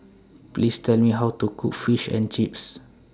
Please Tell Me How to Cook Fish and Chips